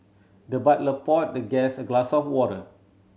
the butler poured the guest a glass of water